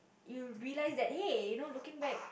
you realise that hey you know looking back